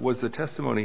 was the testimony